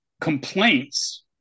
complaints